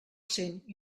cent